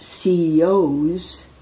CEOs